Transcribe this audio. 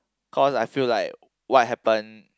cause I feel like what happened